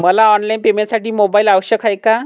मला ऑनलाईन पेमेंटसाठी मोबाईल आवश्यक आहे का?